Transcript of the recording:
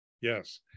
Yes